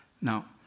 Now